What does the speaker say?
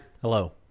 Hello